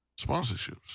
sponsorships